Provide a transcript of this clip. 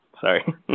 Sorry